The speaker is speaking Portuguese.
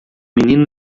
menino